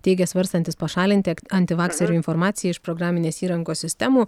teigė svarstantis pašalinti antivakserių informaciją iš programinės įrangos sistemų